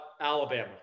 Alabama